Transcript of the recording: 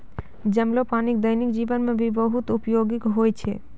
जमलो पानी दैनिक जीवन मे भी बहुत उपयोगि होय छै